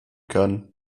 kann